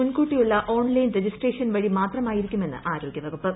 മുൻകൂട്ടിയുള്ള online registration വഴി മാത്രമായിരിക്കുമെന്ന് ആരോഗ്ലൂവ്കുപ്പ്